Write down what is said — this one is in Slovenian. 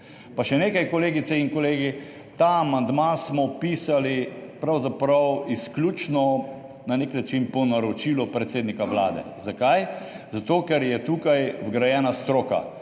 Pa še nekaj, kolegice in kolegi, ta amandma smo pisali pravzaprav izključno na nek način po naročilu predsednika Vlade. Zakaj? Zato, ker je tukaj vgrajena stroka,